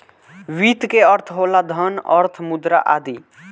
वित्त के अर्थ होला धन, अर्थ, मुद्रा आदि